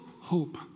hope